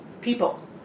people